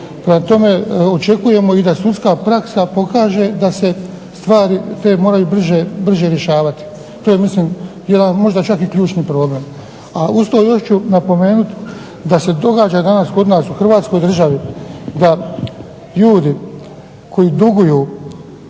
Prema tome, očekujemo da sudska praksa pokaže da se stvari te moraju brže dešavati, to je jedan ključni problem. a uz to još ću napomenuti da se događa kod nas u Hrvatskoj državi da ljudi koji duguju